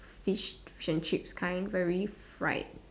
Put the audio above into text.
fish fish and chips kind very fried